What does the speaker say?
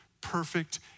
perfect